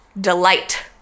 delight